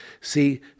see